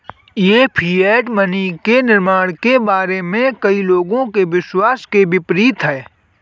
यह fiat money के निर्माण के बारे में कई लोगों के विश्वास के विपरीत है